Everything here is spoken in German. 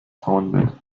frauenbild